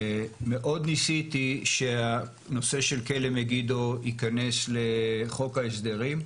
מאוד ניסיתי שהנושא של כלא מגידו ייכנס לחוק ההסדרים.